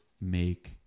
make